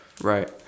right